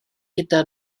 gyda